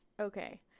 Okay